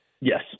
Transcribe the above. Yes